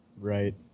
Right